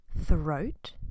throat